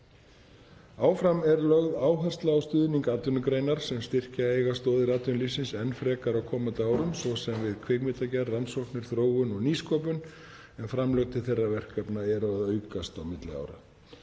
Áfram er lögð áhersla á stuðning atvinnugreina sem styrkja eiga stoðir atvinnulífsins enn frekar á komandi árum, svo sem við kvikmyndagerð og rannsóknir, þróun og nýsköpun en framlög til þeirra verkefna eru að aukast á milli ára.